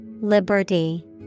Liberty